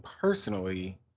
personally